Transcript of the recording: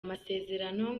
amasezerano